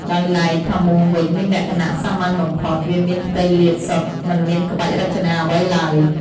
ដោយឡែកផាមួងវិញមានលក្ចណៈសាមញ្ញបំផុត វាមានផ្ទៃលាតសុទ្ធមិនមានក្បាច់រចនាអ្វីឡើយ។